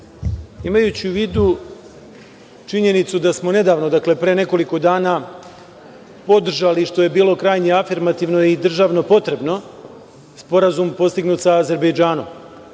Imajući u vidu činjenicu da smo nedavno, dakle, pre nekoliko dana, podržali, što je bilo krajnje afirmativno i državno potrebno, sporazum postignut sa Azerbejdžanom,